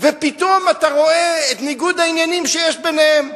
ופתאום אתה רואה את ניגוד העניינים שיש ביניהם,